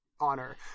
Honor